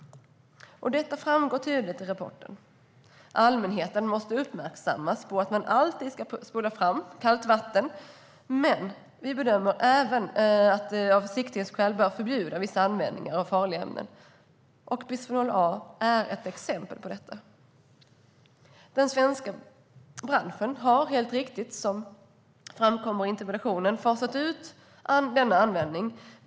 Det framgår tydligt i rapporten. Allmänheten måste uppmärksammas på att man alltid ska spola fram kallt vatten i kranen, men vi behöver även av försiktighetsskäl förbjuda vissa användningar av farliga ämnen. Bisfenol A är ett exempel på detta. Den svenska branschen har helt riktigt, som framkommer i interpellationen, fasat ut denna användning.